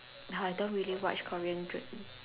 I don't really watch Korean dr~